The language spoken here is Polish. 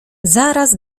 zaraz